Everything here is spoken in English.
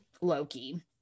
Loki